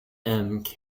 and